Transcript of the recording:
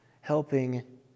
helping